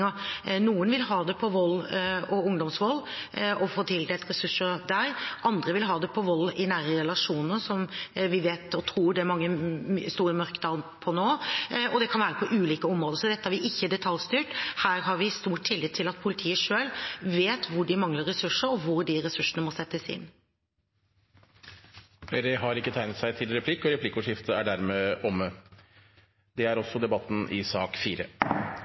Noen vil ha det på vold og ungdomsvold og få tildelt ressurser der, andre vil ha det på vold i nære relasjoner, som vi tror det er store mørketall på nå. Det kan være på ulike områder. Så dette har vi ikke detaljstyrt. Her har vi stor tillit til at politiet selv vet hvor de mangler ressurser, og hvor de ressursene må settes inn. Replikkordskiftet er dermed omme. Flere har ikke bedt om ordet til sak nr. 4. Dermed er dagens kart ferdigbehandlet. Stortinget tar nå pause, og i